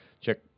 check